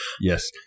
yes